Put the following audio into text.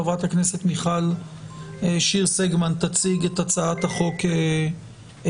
חברת הכנסת מיכל שיר סגמן תציג את הצעת החוק שלה,